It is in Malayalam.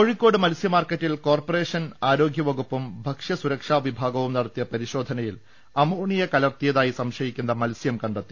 കോഴിക്കോട് മത്സ്യമാർക്കറ്റിൽ കോർപ്പറേഷൻ ആരോഗ്യ വകുപ്പും ഭക്ഷ്യ്സുരക്ഷാ വിഭാഗവും നടത്തിയ പരിശോധനയിൽ അമോണിയിക്ലർത്തിയതായി സംശയിക്കുന്ന മത്സ്യം കണ്ടെ ത്തി